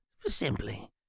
Simply